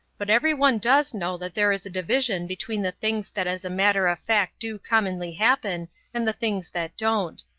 but everyone does know that there is a division between the things that as a matter of fact do commonly happen and the things that don't.